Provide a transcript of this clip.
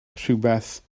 rhywbeth